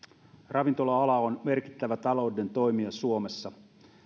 ravintola ala on merkittävä taloudellinen toimija suomessa